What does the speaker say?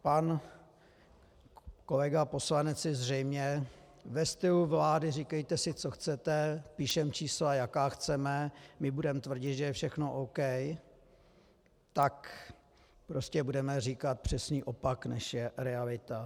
Pan kolega poslanec si zřejmě ve stylu vlády říkejte si, co chcete, píšeme čísla, jaká chceme, my budeme tvrdit, že je všechno OK, tak prostě budeme říkat přesný opak, než je realita.